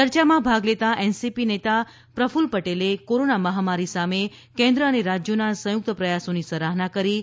ચર્ચામાં ભાગ લેતા એનસીપી નેતા પ્રફલ્લ પટેલે કોરોના મહામારી સામે કેન્દ્ર અને રાજ્યોના સંયુક્ત પ્રયાસોની સરાહના કરી હતી